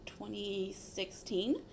2016